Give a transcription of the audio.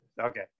okay